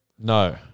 No